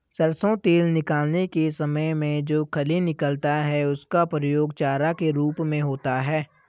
सरसों तेल निकालने के समय में जो खली निकलता है उसका प्रयोग चारा के रूप में होता है